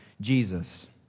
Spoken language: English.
Jesus